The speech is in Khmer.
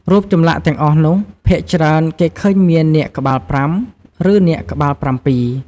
រូបចម្លាក់ទាំងអស់នោះ ភាគច្រើនគេឃើញមាននាគក្បាលប្រាំ ឬនាគក្បាលប្រាំពីរ។